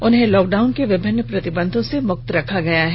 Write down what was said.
उन्हें लॉकडाउन के विभिन्न प्रतिबंधों से मुक्त रखा गया है